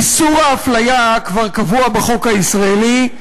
איסור האפליה כבר קבוע בחוק הישראלי,